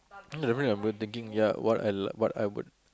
at the rate I been thinking ya what I like what I would